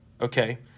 okay